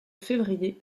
février